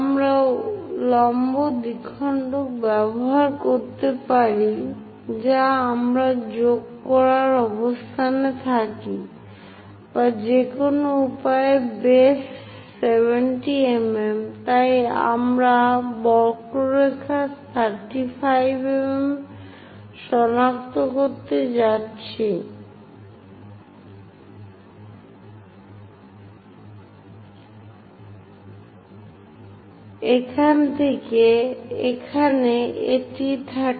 আমরা লম্ব দ্বিখণ্ডক ব্যবহার করতে পারি যাতে আমরা যোগ করার অবস্থানে থাকি বা যে কোন উপায়ে বেস 70 mm তাই আমরা বক্ররেখায় 35 mm সনাক্ত করতে পারি এখান থেকে এখানে এটি 35